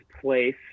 place